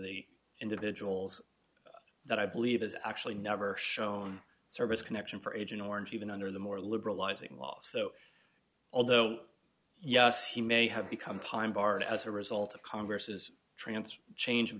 the individuals that i believe has actually never shown service connection for agent orange even under the more liberalizing law so although yes he may have become time barred as a result of congress's transfer chang